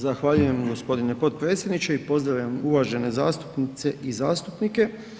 Zahvaljujem g. potpredsjedniče i pozdravljam uvažene zastupnice i zastupnike.